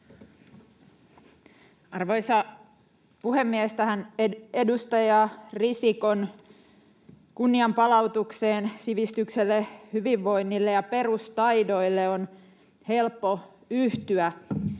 Arvoisa puhemies! Edustaja Risikon kunnianpalautukseen sivistykselle, hyvinvoinnille ja perustaidoille on helppo yhtyä.